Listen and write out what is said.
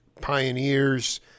pioneers